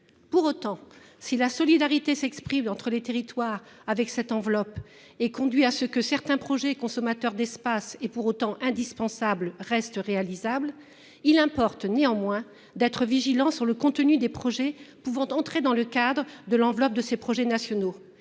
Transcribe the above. Pour autant, si la solidarité s'exprime entre les territoires. Avec cette enveloppe et conduit à ce que certains projets consommateurs d'espace et pour autant indispensable reste réalisable. Il importe néanmoins d'être vigilant sur le contenu des projets pouvant entrer dans le cadre de l'enveloppe de ces projets nationaux